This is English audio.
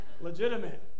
legitimate